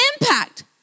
impact